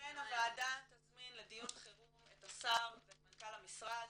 ולכן הוועדה תזמין לדיון חירום את השר ואת מנכ"ל המשרד,